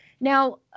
Now